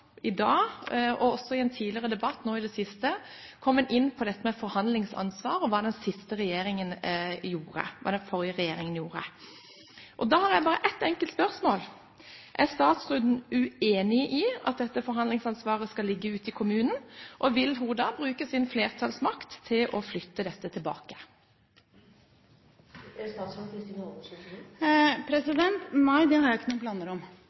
i dag, og også i en tidligere debatt nå i det siste, kommet inn på dette med forhandlingsansvar og hva den forrige regjeringen gjorde. Da har jeg bare ett enkelt spørsmål: Er statsråden uenig i at dette forhandlingsansvaret skal tilligge kommunen, og vil hun i tilfelle bruke sin flertallsmakt til å flytte dette tilbake? Nei, det har jeg ikke noen planer om,